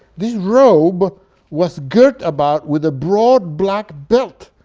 this robe was girt about with a broad black belt,